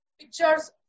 pictures